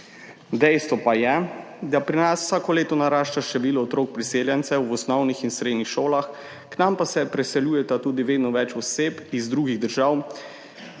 Dejstvo pa je, da pri nas vsako leto narašča število otrok priseljencev v osnovnih in srednjih šolah, k nam pa se priseljuje tudi vedno več oseb iz drugih držav,